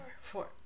Four